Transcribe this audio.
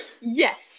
Yes